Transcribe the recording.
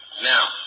Now